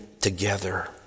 together